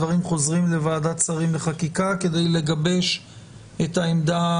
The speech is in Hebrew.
הדברים חוזרים לוועדת שרים לחקיקה כדי לגבש את העמדה